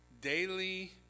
daily